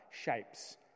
shapes